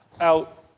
out